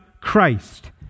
Christ